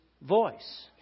voice